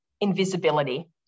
invisibility